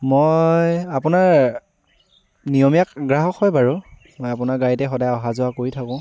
মই আপোনাৰ নিয়মীয়া গ্ৰাহক হয় বাৰু মই আপোনাৰ গাড়ীতে সদায় অহা যোৱা কৰি থাকোঁ